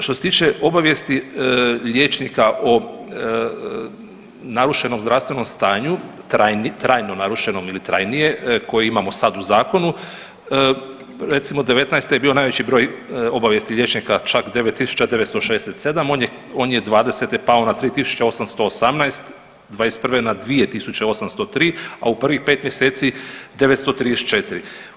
Što se tiče obavijesti liječnika o narušenom zdravstvenom stanju, trajno narušenom ili trajnije koji imamo sada u zakonu, recimo '19. je bio najveći broj obavijesti liječnika čak 9.967 on je, on je '20. pao na 3.818, '21. na 2.803, a u prvih 5 mjeseci 934.